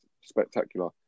spectacular